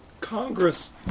Congress